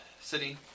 city